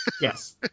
Yes